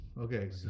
okay